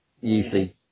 Usually